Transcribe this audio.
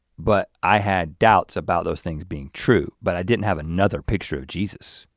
but i had doubts about those things being true but i didn't have another picture of jesus.